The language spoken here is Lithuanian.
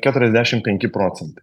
keturiasdešimt penki procentai